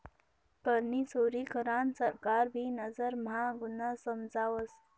करनी चोरी करान सरकार भी नजर म्हा गुन्हा समजावस